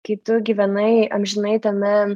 kai tu gyvenai amžinai tame